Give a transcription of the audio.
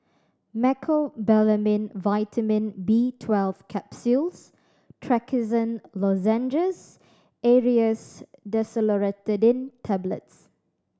Mecobalamin Vitamin B Twelve Capsules Trachisan Lozenges Aerius DesloratadineTablets